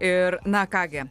ir na ką gi